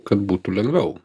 kad būtų lengviau